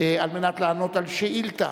לענות על שאילתא